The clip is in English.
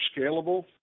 scalable